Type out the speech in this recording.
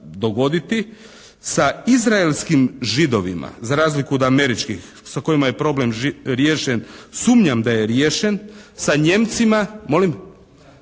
dogoditi. Sa izraelskim Židovima za razliku od američkih sa kojima je problem riješen sumnjam da je riješen, sa Nijemcima, molim?